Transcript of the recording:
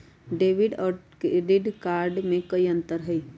Debit और credit card में कई अंतर हई?